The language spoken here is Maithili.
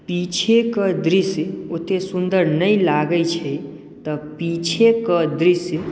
पीछेके दृश्य ओतेक सुन्दर नहि लागैत छै तऽ पीछेकेँ दृश्य